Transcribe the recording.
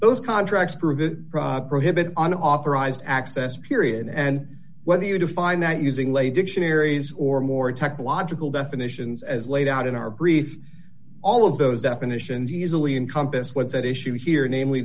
those contracts prove that prohibit an authorized access period and whether you do find that using lay dictionaries or more technological definitions as laid out in our brief all of those definitions easily encompass what's at issue here namely